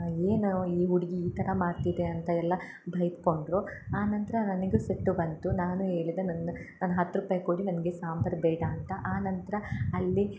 ಏನು ಈ ಹುಡುಗಿ ಈ ಥರ ಮಾಡ್ತಿದೆ ಅಂತ ಎಲ್ಲ ಬೈಕೊಂಡರು ಆನಂತರ ನನಗೂ ಸಿಟ್ಟು ಬಂತು ನಾನು ಹೇಳಿದೆ ನನ್ನ ನನ್ನ ಹತ್ತು ರೂಪಾಯಿ ಕೊಡಿ ನನಗೆ ಸಾಂಬರು ಬೇಡ ಅಂತ ಆನಂತರ ಅಲ್ಲಿ